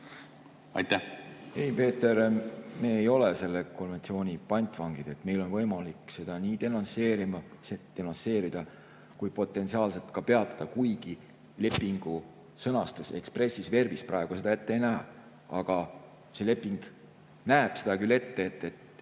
Ei, Peeter, me ei ole selle konventsiooni pantvangid. Meil on võimalik seda nii denonsseerida kui potentsiaalselt ka peatada, kuigi lepingu sõnastusexpressis verbispraegu seda ette ei näe. Aga see leping näeb ette küll seda, et